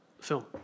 film